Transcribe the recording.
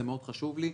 זה מאוד חשוב לי.